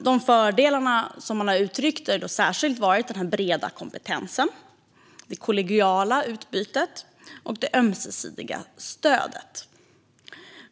De fördelar man har uttryckt har särskilt varit den breda kompetensen, det kollegiala utbytet och det ömsesidiga stödet.